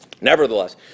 Nevertheless